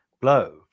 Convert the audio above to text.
blow